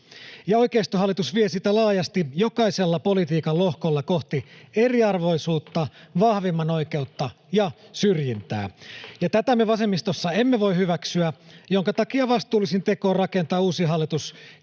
ja oikeistohallitus vie sitä laajasti jokaisella politiikan lohkolla kohti eriarvoisuutta, vahvimman oikeutta ja syrjintää. Tätä me vasemmistossa emme voi hyväksyä, minkä takia vastuullisin teko on rakentaa uusi hallitus